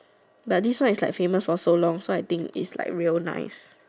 but this one is like famous for so long so I think it's like real nice